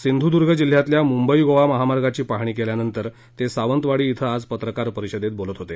सिंधुद्ग जिल्ह्यातल्या मुंबई गोवा महामार्गांची पाहणी केल्यानंतर ते सावंतवाडी इथं आज पत्रकार परिषदेत बोलत होते